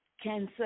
Cancer